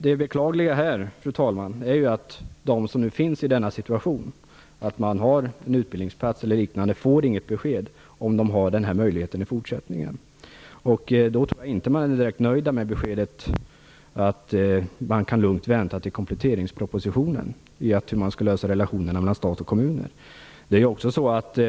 Det beklagliga här, fru talman, är att de som befinner sig i den situationen att de har en utbildningsplats eller liknande inte får något besked om de har den här möjligheten i fortsättningen. Då tror jag inte att man är direkt nöjd med beskedet att man lugnt kan vänta tills kompletteringspropositionen visar hur man skall lösa relationerna mellan stat och kommuner.